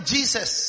Jesus